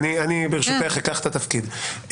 אקח את התפקיד.